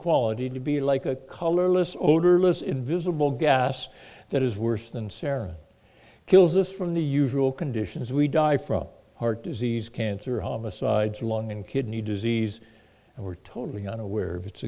quality to be like a colorless odorless invisible gas that is worse than sarah it kills us from the usual conditions we die from heart disease cancer homicides are long and kidney disease and we're totally unaware of its